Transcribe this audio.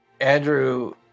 Andrew